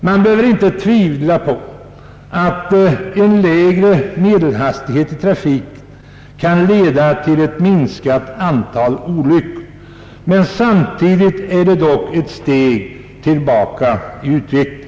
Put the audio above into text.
Man behöver inte tvivla på att en lägre medelhastighet i trafiken kan leda till minskat antal olyckor, men samtidigt är det dock ett steg tillbaka i utvecklingen.